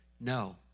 no